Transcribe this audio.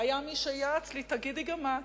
והיה מי שיעץ לי: תגידי גם את,